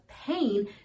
pain